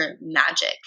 magic